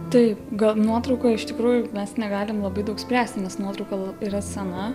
taip ga nuotraukoje iš tikrųjų mes negalim labai daug spręsti nes nuotrauka l yra sena